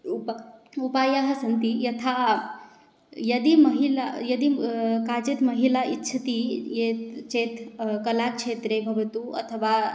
उप् उपायाः सन्ति यथा यदि महिलाः यदि काचित् महिला इच्छति य् यत् चेत् कलाक्षेत्रे भवतु अथवा